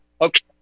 Okay